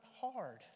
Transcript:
hard